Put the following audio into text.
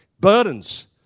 burdens